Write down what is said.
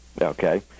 Okay